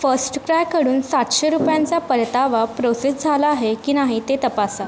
फस्टक्रायकडून सातशे रुपयांचा परतावा प्रोसेस झाला आहे की नाही ते तपासा